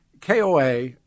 KOA